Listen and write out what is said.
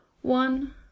One